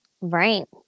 right